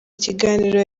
kiganiro